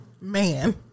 man